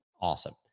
awesome